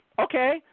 Okay